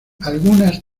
algunas